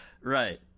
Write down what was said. Right